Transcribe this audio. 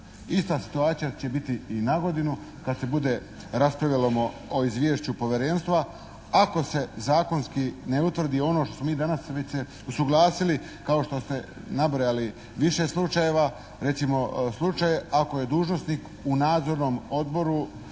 Ista situacija će biti i nagodinu kad se bude raspravljalo o izvješću Povjerenstva, ako se zakonski ne utvrdi ono što smo mi danas već se usuglasili, kao što ste nabrojali više slučajeva, recimo slučaj ako je dužnosnik u nadzornom odboru